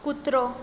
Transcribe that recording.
कुत्रो